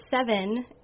seven